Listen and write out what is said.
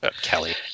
Kelly